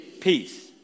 peace